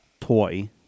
toy